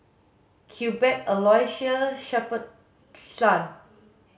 Cuthbert Aloysius Shepherdson